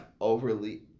overly